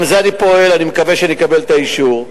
גם לזה אני מקווה שאני אקבל את האישור.